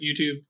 YouTube